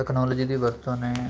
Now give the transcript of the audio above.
technology ਦੀ ਵਰਤੋਂ ਨੇ